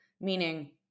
meaning